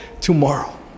tomorrow